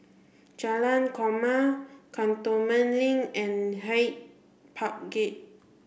Jalan Korma Cantonment Link and Hyde Park Gate